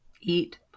Eat